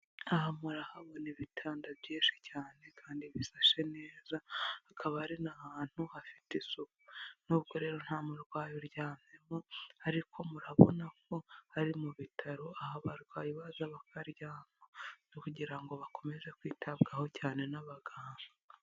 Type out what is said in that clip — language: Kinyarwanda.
Aha murahabona ibitanda byinshi cyane kandi bisashe neza akaba ari n'ahantu hafite isuku, nubwo rero nta murwayi uryamyemo ariko murabona ko ari mu bitaro aho abarwayi baza bakaryama, kugira ngo bakomeze kwitabwaho cyane n'abaganga.